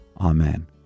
amen